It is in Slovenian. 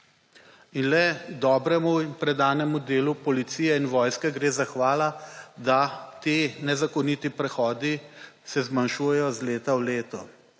In le dobremu in predanemu delu policije in vojske gre zahvala, da te nezakoniti prehodi se zmanjšujejo iz leta v leto.